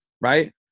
right